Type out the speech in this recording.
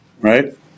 right